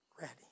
ready